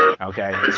Okay